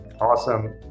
Awesome